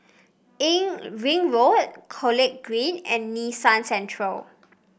In Ring Road College Green and Nee Soon Central